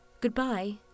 Goodbye